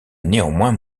néanmoins